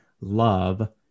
love